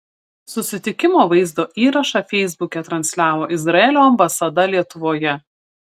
susitikimo vaizdo įrašą feisbuke transliavo izraelio ambasada lietuvoje